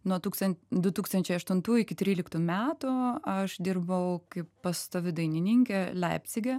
nuo tūkstant du tūkstančiai aštuntų iki tryliktų metų aš dirbau kaip pastovi dainininkė leipcige